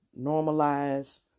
normalize